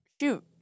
shoot